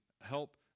help